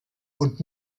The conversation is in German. und